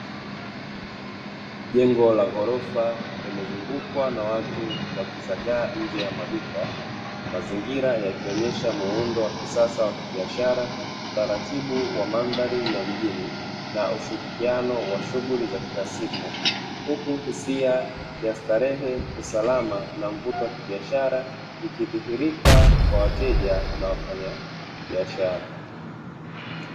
Jengo la ghorofa limezungukwa na watu wakizagaa nje ya maduka, mazingira yakionyesha muundo wa kisasa wa kibiashara, utaratibu wa mandhari ya mjini na ushirikiano wa shughuli za kila siku huku hisia ya starehe, usalama na mvuto wa kibiashara ikidhihirika kwa wateja na wafanyabiashara.